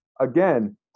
again